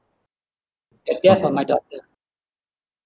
a death for my daughter